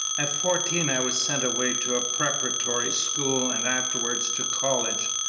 at fourteen i was sent away to a preparatory school, and afterwards to college.